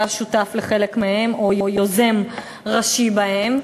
אתה שותף לחלק מהן, או יוזם ראשי בהן.